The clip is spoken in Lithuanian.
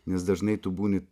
nes dažnai tu būni